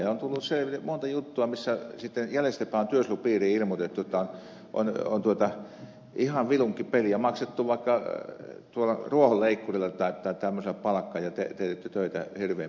on tullut selville monta juttua missä sitten jäljestäpäin on työsuojelupiiriin ilmoitettu jotta on ihan vilunkipeliä ja maksettu vaikka ruohonleikkurilla tai tämmöisellä palkka ja teetetty töitä hirveän pitkiä aikoja